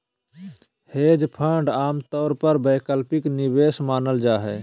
hedge fund आमतौर पर वैकल्पिक निवेश मानल जा हय